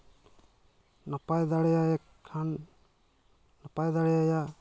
ᱱᱟᱯᱟᱭ ᱫᱟᱲᱮᱭᱟᱭ ᱠᱷᱟᱱ ᱱᱟᱯᱟᱭ ᱫᱟᱲᱮᱭᱟᱭᱟ